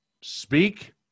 speak